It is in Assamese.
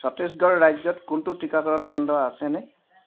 ছত্তীশগড় ৰাজ্যত কোনো টীকাকৰণ কেন্দ্ৰ আছেনে